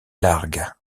largue